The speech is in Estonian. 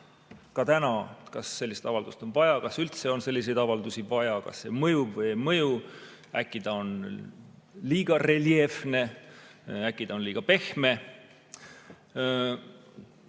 ka täna, kas sellist avaldust on vaja, kas üldse on selliseid avaldusi vaja, kas see mõjub või ei mõju. Äkki ta on liiga reljeefne? Äkki ta on liiga pehme?